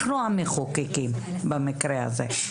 אנחנו המחוקקים במקרה הזה.